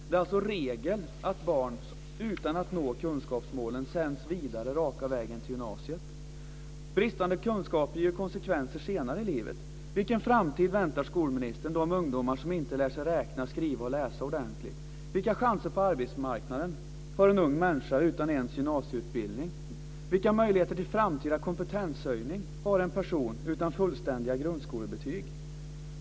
Det är alltså regel att barn, utan att nå kunskapsmålen, sänds vidare raka vägen till gymnasiet. Bristande kunskaper ger ju konsekvenser senare i livet. Vilken framtid väntar, skolministern, de ungdomar som inte lär sig räkna, skriva och läsa ordentligt? Vilka chanser på arbetsmarknaden har en ung människa utan ens gymnasieutbildning? Vilka möjligheter till framtida kompetenshöjning har en person utan fullständiga grundskolebetyg?